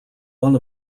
one